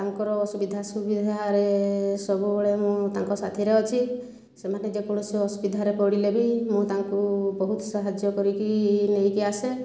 ତାଙ୍କର ଅସୁବିଧା ସୁବିଧାରେ ସବୁବେଳେ ମୁଁ ତାଙ୍କ ସାଥିରେ ଅଛି ସେମାନେ ଯେକୌଣସି ଅସୁବିଧାରେ ପଡ଼ିଲେବି ମୁଁ ତାଙ୍କୁ ବହୁତ ସାହାଯ୍ୟ କରିକି ନେଇକି ଆସେ